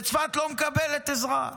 וצפת לא מקבלת עזרה.